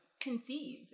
conceive